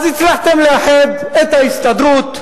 אז הצלחתם לאחד את ההסתדרות,